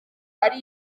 ari